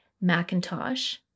Macintosh